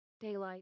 daylight